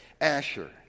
Asher